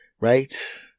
right